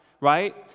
right